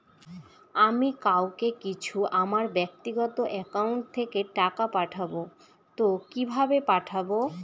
আমি কাউকে কিছু আমার ব্যাক্তিগত একাউন্ট থেকে টাকা পাঠাবো তো কিভাবে পাঠাবো?